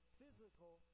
physical